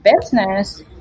business